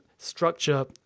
structure